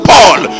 Paul